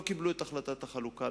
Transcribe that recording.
לא קיבלו את החלטת החלוקה,